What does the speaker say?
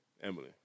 emily